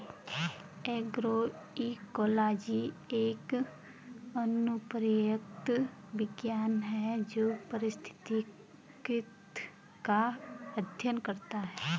agroecology एक अनुप्रयुक्त विज्ञान है जो पारिस्थितिक का अध्ययन करता है